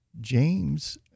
James